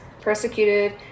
Persecuted